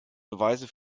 beweise